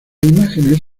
imágenes